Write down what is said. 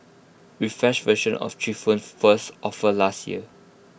refreshed versions of three phones first offered last year